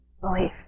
Believe